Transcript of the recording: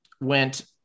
went